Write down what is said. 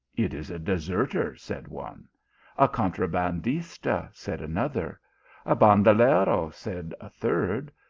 it is a deserter, said one a contrabandista, said another a bandalero, said a third,